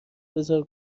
بگذار